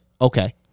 okay